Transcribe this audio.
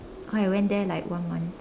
oh I went there like one month